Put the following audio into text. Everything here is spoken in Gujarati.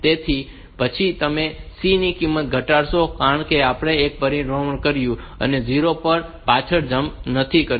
તેથી પછી તમે C ની કિંમત ઘટાડશો કારણ કે આપણે એક પરિભ્રમણ કર્યું છે અને 0 પર પાછળ જમ્પ નથી કર્યું